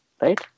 right